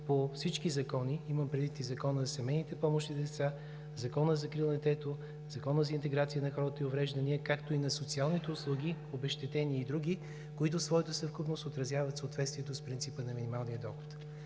по всички закони – имам предвид и Закона за семейните помощи за деца, Закона за закрила на детето, Закона за интеграция на хората с увреждания, както и на социалните услуги, обезщетения и други, които в своята съвкупност отразяват съответствието с принципа на минималния доход.